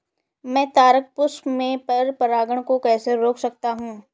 मैं तारक पुष्प में पर परागण को कैसे रोक सकता हूँ?